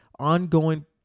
ongoing